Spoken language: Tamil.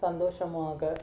சந்தோஷமாக